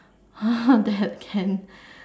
ah that can